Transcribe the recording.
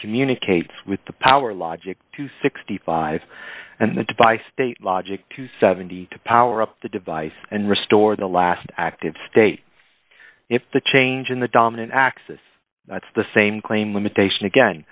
communicates with the power logic to sixty five and the device state logic to seventy to power up the device and restore the last active state if the change in the dominant axis that's the same claim limitation again